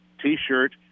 T-shirt